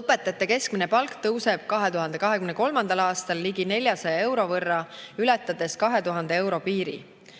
Õpetajate keskmine palk tõuseb 2023. aastal ligi 400 euro võrra, ületades 2000 euro piiri.